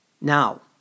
Now